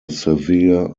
severe